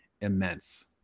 immense